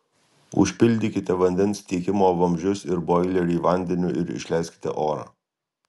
užpildykite vandens tiekimo vamzdžius ir boilerį vandeniu ir išleiskite orą